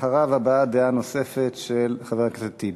אחריו, הבעת דעה נוספת של חבר הכנסת טיבי.